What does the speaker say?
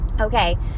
Okay